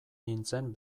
nintzen